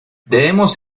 debemos